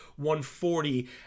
140